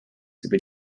über